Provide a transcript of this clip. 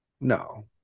No